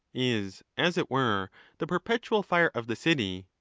is as it were the perpetual fire of the city,